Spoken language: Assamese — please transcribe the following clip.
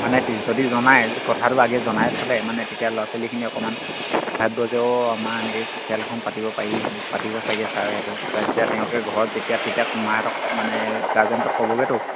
মানে যদি জনায় কথাটো আগে জনাই থলে মানে তেতিয়া ল'ৰা ছোৱালীখিনি অকমান ভাবিব যে অঁ আমাৰ এনেকে খেল এখন পাতিব পাৰি সেনেকে পাতিব চাগে ছাৰে ইয়াতে তেওঁলোকে ঘৰত যেতিয়া তেতিয়া মাহঁতক মানে গাৰ্জেন্টক ক'বগেতো